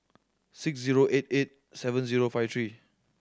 six zero eight eight seven zero five three